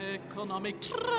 economic